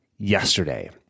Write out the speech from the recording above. Yesterday